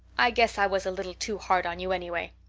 i guess i was a little too hard on you, anyway.